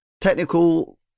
Technical